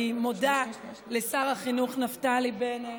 אני מודה לשר החינוך נפתלי בנט